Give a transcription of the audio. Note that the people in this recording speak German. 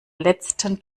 letzten